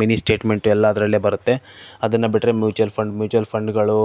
mini statement ಎಲ್ಲ ಅದರಲ್ಲೇ ಬರತ್ತೆ ಅದನ್ನು ಬಿಟ್ಟರೆ ಮ್ಯುಚುವಲ್ ಫಂಡ್ ಮ್ಯುಚುವಲ್ ಫಂಡ್ಗಳು